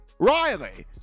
Riley